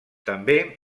també